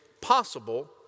possible